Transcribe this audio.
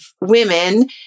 women